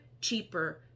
cheaper